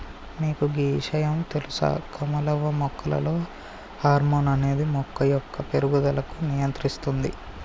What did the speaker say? మీకు గీ ఇషయాం తెలుస కమలవ్వ మొక్కలలో హార్మోన్ అనేది మొక్క యొక్క పేరుగుదలకు నియంత్రిస్తుంది